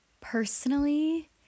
personally